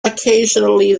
occasionally